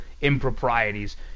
improprieties